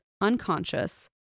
unconscious